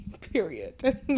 period